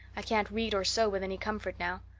i can't read or sew with any comfort now.